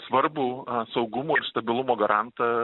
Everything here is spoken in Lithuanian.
svarbų saugumo ir stabilumo garantą